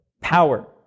power